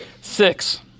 Six